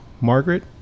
Margaret